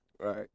Right